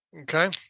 Okay